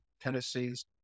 tennessee's